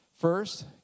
first